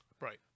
right